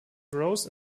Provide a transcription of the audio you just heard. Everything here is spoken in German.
rose